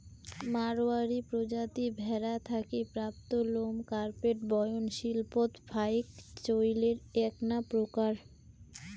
মাড়ওয়ারী প্রজাতি ভ্যাড়া থাকি প্রাপ্ত লোম কার্পেট বয়ন শিল্পত ফাইক চইলের এ্যাকনা প্রকার